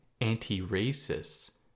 anti-racists